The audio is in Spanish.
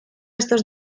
estos